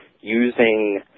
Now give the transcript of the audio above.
using